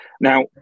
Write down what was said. Now